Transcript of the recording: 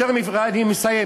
אני מסיים.